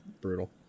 brutal